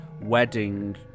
wedding